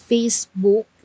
Facebook